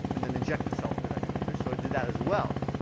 and then inject itself into that computer. so it did that as well.